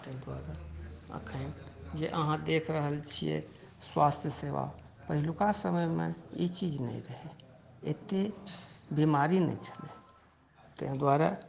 तहि दुआरे एखनि जे अहाँ देख रहल छियै स्वास्थ सेवा पहिलका समयमे ई चीज नहि रहै एते बीमारी नहि छलै तहि दुआरे